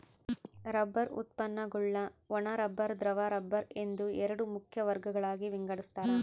rubber ಉತ್ಪನ್ನಗುಳ್ನ ಒಣ rubber ದ್ರವ ರಬ್ಬರ್ ಎಂದು ಎರಡು ಮುಖ್ಯ ವರ್ಗಗಳಾಗಿ ವಿಂಗಡಿಸ್ತಾರ